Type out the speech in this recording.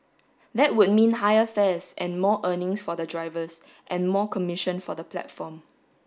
that would mean higher fares and more earnings for the drivers and more commission for the platform